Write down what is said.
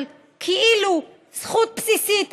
כאילו זכות בסיסית,